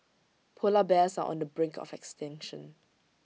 Polar Bears are on the brink of extinction